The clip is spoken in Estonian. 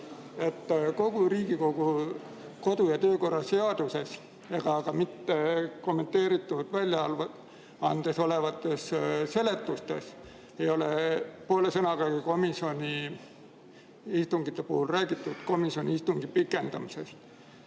kauem." Riigikogu kodu- ja töökorra seaduses ega ka mitte kommenteeritud väljaandes olevates seletustes ei ole poole sõnagagi komisjoni istungite puhul räägitud komisjoni istungi pikendamisest.